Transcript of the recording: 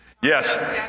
Yes